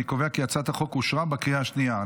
אני קובע כי הצעת החוק אושרה בקריאה השנייה.